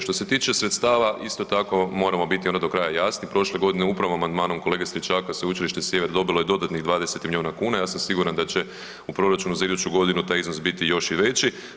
Što se tiče sredstava onda moramo biti do kraja jasni, prošle godine upravo amandmanom kolege Stričaka Sveučilište Sjever dobilo je dodatnih 20 miliona kuna, ja sam siguran da će u proračunu za iduću godinu taj iznos biti još i veći.